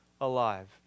alive